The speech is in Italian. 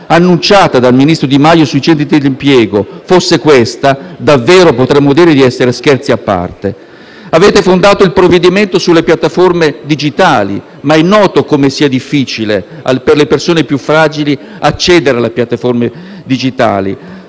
annunciata dal ministro Di Maio sui centri dell'impiego fosse questa, davvero potremmo dire di essere a «Scherzi a parte». Avete fondato il provvedimento sulle piattaforme digitali, ma è noto come sia difficile per le persone più fragili accedere a queste ultime.